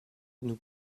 nous